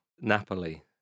Napoli